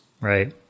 Right